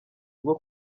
bwo